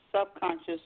subconscious